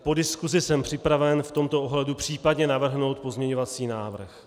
Po diskusi jsem připraven v tomto ohledu případně navrhnout pozměňovací návrh.